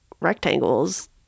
rectangles